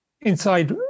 inside